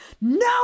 no